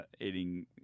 eating